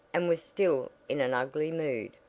and was still in an ugly mood.